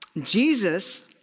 Jesus